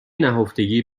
نهفتگی